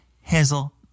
Hazel